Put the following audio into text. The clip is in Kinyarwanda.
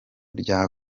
rya